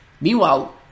Meanwhile